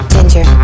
Ginger